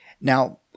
Now-